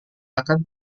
akan